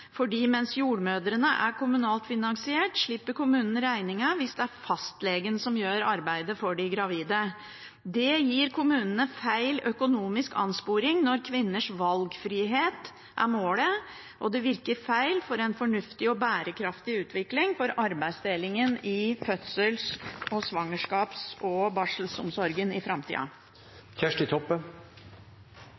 mens jordmødrene er kommunalt finansiert, slipper kommunen regningen hvis det er fastlegen de gravide går til. Det gir kommunene feil økonomisk ansporing når kvinners valgfrihet er målet, og det virker feil for en fornuftig og bærekraftig utvikling for arbeidsdelingen i fødsels-, svangerskaps- og barselomsorgen i framtida.